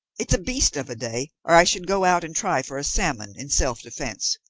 it's a beast of a day, or i should go out and try for a salmon, in self-defence.